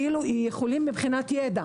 יכולים מבחינת ידע,